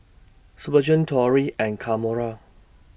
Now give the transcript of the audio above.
Spurgeon Torry and Kamora